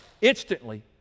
instantly